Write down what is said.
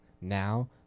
now